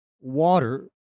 water